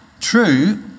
true